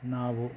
ನಾವು